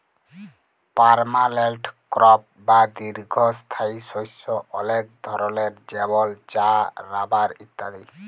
permanent crop বা দীঘ্ঘস্থায়ী শস্য অলেক ধরলের যেমল চাঁ, রাবার ইত্যাদি